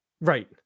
Right